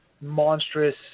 monstrous